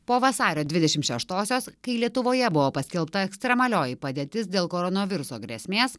po vasario dvidešim šeštosios kai lietuvoje buvo paskelbta ekstremalioji padėtis dėl koronaviruso grėsmės